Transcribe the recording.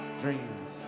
dreams